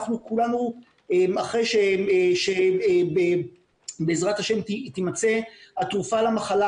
אחרי שבעזרת השם תמצא התרופה למחלה,